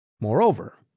Moreover